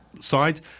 side